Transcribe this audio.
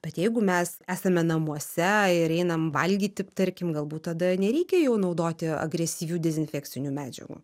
bet jeigu mes esame namuose ir einam valgyti tarkim galbūt tada nereikia jau naudoti agresyvių dezinfekcinių medžiagų